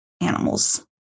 animals